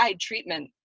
treatment